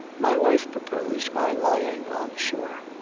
my wife proposed my lying on shore.